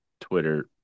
Twitter